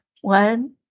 One